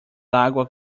água